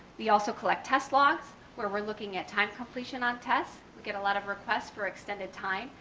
we also collect test logs where we're looking at time completion on test, we get a lot of requests for extended time.